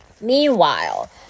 Meanwhile